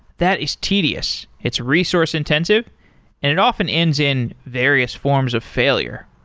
that is tedious. it's resource-intensive and it often ends in various forms of failure.